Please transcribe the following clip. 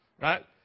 Right